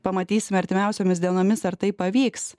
pamatysime artimiausiomis dienomis ar tai pavyks